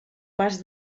pas